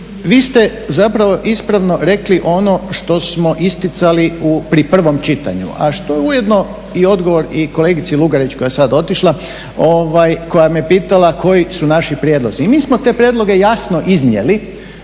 vi ste zapravo ispravno rekli ono što smo isticali pri prvom čitanju a što je ujedno i odgovor i kolegici Lugarić koja je sada otišla koja me pitala koji su naši prijedlozi. I mi smo te prijedloge jasno iznijeli,